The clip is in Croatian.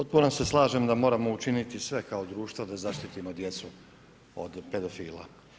Potpuno se slažem da moramo učiniti sve kao društvo da zaštitimo djecu od pedofila.